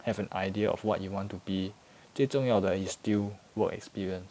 have an idea of what you want to be 最重要的 is still work experience